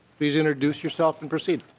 please introduce yourself and proceed.